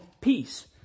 peace